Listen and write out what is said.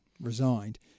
resigned